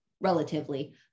relatively